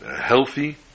healthy